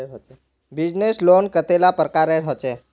Business loan कतेला प्रकारेर होचे?